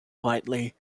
widely